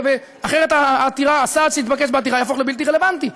אחרת הסעד שיתבקש בעתירה יהפוך לבלתי רלוונטי.